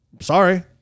Sorry